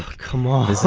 come on. it's